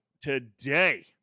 today